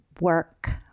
work